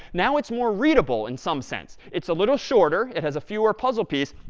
now it's more readable in some sense. it's a little shorter. it has a fewer puzzle piece.